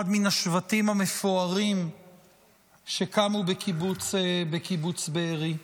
אחד מן השבטים המפוארים שקמו בקיבוץ בארי.